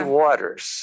waters